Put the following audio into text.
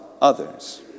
others